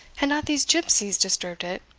had not these gipsies disturbed it,